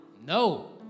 No